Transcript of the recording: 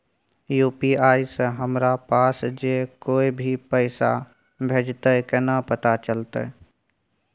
UPI से हमरा पास जे कोय भी पैसा भेजतय केना पता चलते?